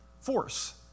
force